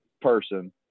person